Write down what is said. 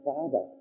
Father